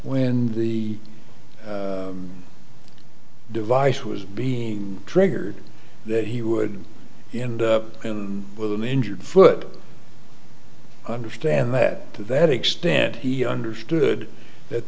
when the device was being triggered that he would end up with an injured foot understand that to that extent he understood that